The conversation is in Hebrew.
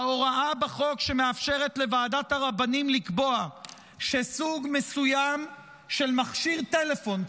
ההוראה בחוק שמאפשרת לוועדת הרבנים לקבוע שסוג מסוים של מכשיר טלפון,